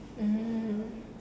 mm